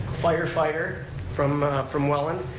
fire fighter from from welland,